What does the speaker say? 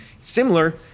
Similar